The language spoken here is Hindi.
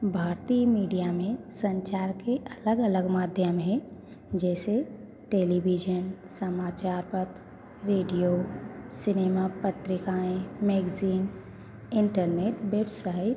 भारती मीडिया में संचार के अलग अलग माध्यम हैं जैसे टेलीविजन समाचार पत्र रेडियो सिनेमा पत्रिकाएँ मैगज़ीन इंटरनेट बेबसाइट